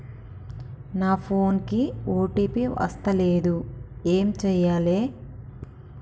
నా ఫోన్ కి ఓ.టీ.పి వస్తలేదు ఏం చేయాలే?